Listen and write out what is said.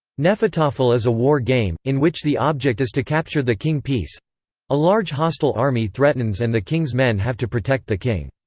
hnefatafl is a war game, in which the object is to capture the king piece a large hostile army threatens and the king's men have to protect the king.